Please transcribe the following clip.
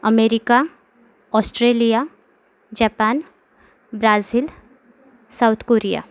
America Australia Japan Brazil South Korea